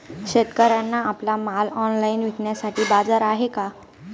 शेतकऱ्यांना आपला माल ऑनलाइन विकण्यासाठी बाजार आहे का?